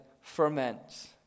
ferments